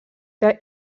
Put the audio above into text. que